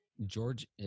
George